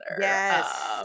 Yes